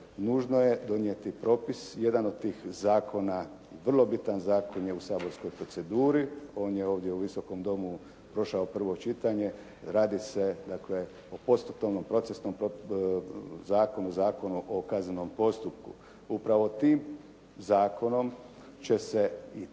Nužno je donijeti propis. Jedan od tih zakona vrlo bitan zakon je u saborskoj proceduri. On je ovdje u Visokom domu prošao prvo čitanje. Radi se dakle o postupovnom, procesnom zakonu, Zakonu o kaznenom postupku. Upravo tim zakonom će se